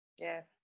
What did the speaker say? Yes